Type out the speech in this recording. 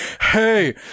hey